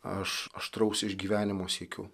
aš aštraus išgyvenimo siekiu